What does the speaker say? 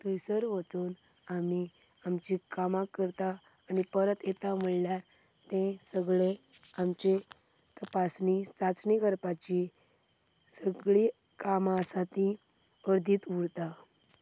थंयसर वचून आमी आमची कामां करता आनी परत येता म्हणल्यार तें सगळें आमचें तपासणी चाचणी करपाची सगळीं कामां आसा ती अर्दीच उरता